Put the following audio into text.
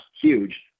huge